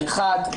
אחת,